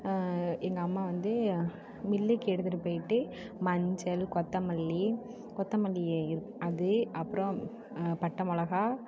எங்கம்மா வந்து மில்லுக்கு எடுத்துட்டு போயிட்டு மஞ்சள் கொத்தமல்லி கொத்தமல்லியை அது அப்பறம் பட்டை மொளகாய்